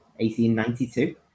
1892